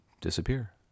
disappear